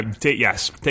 Yes